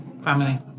family